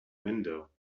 window